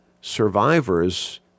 survivors